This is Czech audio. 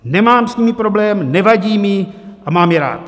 Nemám s nimi problém, nevadí mi, a mám je rád.